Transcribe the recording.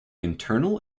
internal